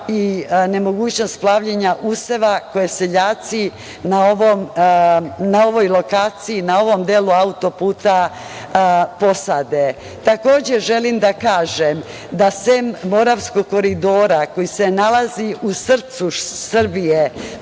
i nemogućnost plavljenja useva koje seljaci na ovoj lokaciji, na ovom delu auto-puta posade. Takođe, želim da kažem da sem Moravskog koridora koji se nalazi u srcu Srbije